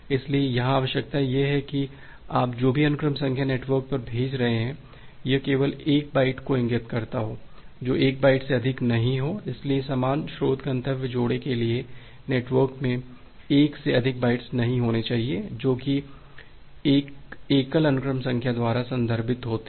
इसलिए यहां आवश्यकता यह है कि आप जो भी अनुक्रम संख्या नेटवर्क पर भेज रहे हैं यह केवल एक बाइट को इंगित करता हो जो 1 बाइट्स से अधिक नहीं हो इसलिए समान स्रोत गंतव्य जोड़े के लिए नेटवर्क में 1 से अधिक बाइट्स नहीं होने चाहिए जो कि एक एकल अनुक्रम संख्या द्वारा संदर्भित होते हैं